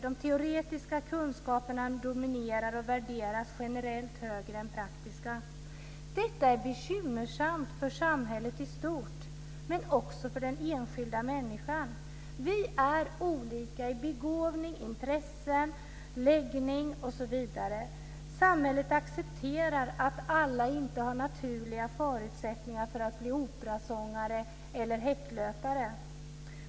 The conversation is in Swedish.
De teoretiska kunskaperna dominerar och värderas generellt högre än praktiska. Detta är bekymmersamt för samhället i stort men också för den enskilda människan. Vi är olika i begåvning, intresse och läggning. Samhället accepterar att alla inte har naturliga förutsättningar för att bli operasångare eller häcklöpare.